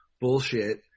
bullshit